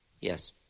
Yes